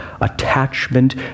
attachment